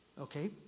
okay